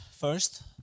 first